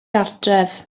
gartref